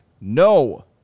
No